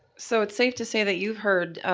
so it's safe to say that you heard,